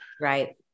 Right